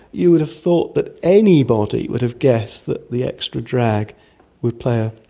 you would have thought that anybody would have guessed that the extra drag would play a